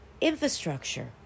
infrastructure